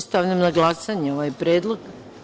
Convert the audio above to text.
Stavljam na glasanje ovaj predlog.